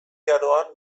aroan